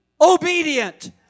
obedient